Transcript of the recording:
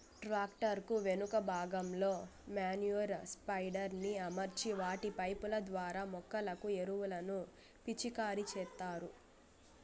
tractor కు వెనుక భాగంలో మేన్యుర్ స్ప్రెడర్ ని అమర్చి వాటి పైపు ల ద్వారా మొక్కలకు ఎరువులను పిచికారి చేత్తారు